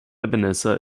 ebenezer